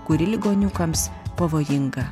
kuri ligoniukams pavojinga